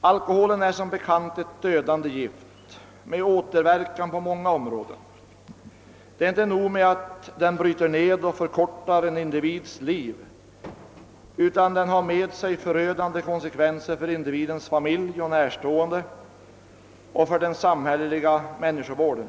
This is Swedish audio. Alkoholen är som bekant ett dödande gift med återverkan på många områden. Det är inte nog med att den bryter ned och förkortar en individs liv, utan den medför förödande konsekvenser för vederbörandes familj och andra närstående samt för den samhälleliga människovården.